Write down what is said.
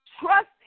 Trust